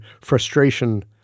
frustration